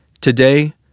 Today